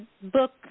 book